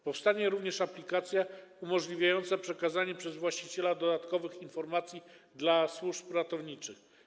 Powstanie również aplikacja umożliwiająca przekazanie przez właściciela dodatkowych informacji służbom ratowniczym.